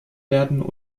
werden